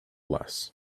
less